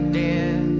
dead